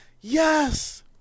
Yes